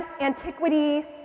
antiquity